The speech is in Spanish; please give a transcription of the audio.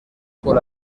con